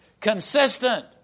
consistent